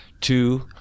two